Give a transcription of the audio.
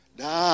da